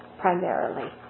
primarily